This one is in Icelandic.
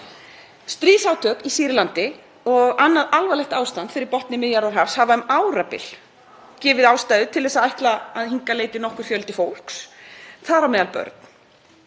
Stríðsátök í Sýrlandi og annað alvarlegt ástand fyrir botni Miðjarðarhafs hafa um árabil gefið ástæðu til að ætla að hingað leiti nokkur fjöldi fólks, þar á meðal börn.